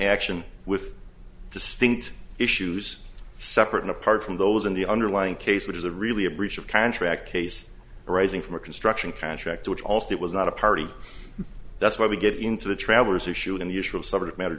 action with distinct issues separate and apart from those in the underlying case which is a really a breach of contract case arising from a construction contract which also it was not a party that's why we get into the travelers issue in the usual subject matter